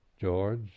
George